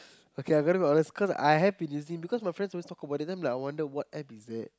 okay I've heard about this cause I happen to see because my friends always talk about it then I'm wonder what App is it